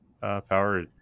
power